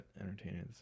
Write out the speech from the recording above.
entertaining